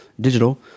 digital